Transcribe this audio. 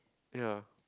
ya